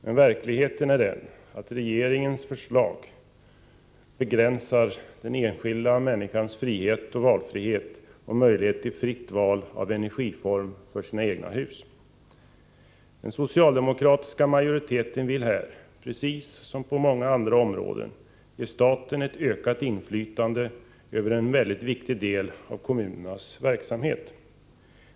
Men verkligheten är den att regeringens förslag begränsar den enskilda människans frihet och möjlighet till fritt val av energiform för sina egna hus. Den socialdemokratiska majoriteten vill här — precis som på så många andra områden -— ge staten ett ökat inflytande över en väldigt viktig del av kommunernas verksamhet.